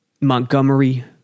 Montgomery